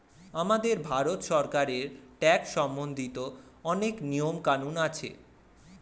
আমাদের ভারত সরকারের ট্যাক্স সম্বন্ধিত অনেক নিয়ম কানুন আছে